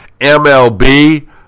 MLB